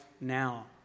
now